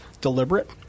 deliberate